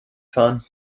fahren